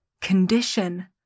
condition